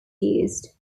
used